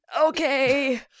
Okay